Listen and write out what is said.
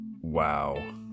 Wow